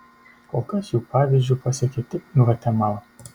kol kas jų pavyzdžiu pasekė tik gvatemala